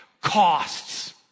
costs